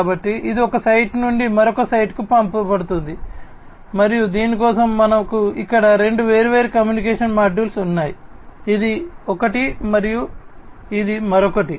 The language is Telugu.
కాబట్టి ఇది ఒక సైట్ నుండి మరొక సైట్కు పంపబడుతుంది మరియు దీని కోసం మనకు ఇక్కడ రెండు వేర్వేరు కమ్యూనికేషన్ మాడ్యూల్స్ ఉన్నాయి ఇది ఒకటి మరియు ఇది మరొకటి